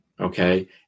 Okay